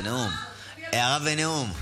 זה נאום, הערה ונאום.